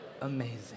Amazing